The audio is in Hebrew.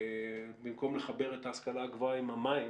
שבמקום לחבר את ההשכלה הגבוהה עם המים,